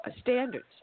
standards